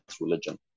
religion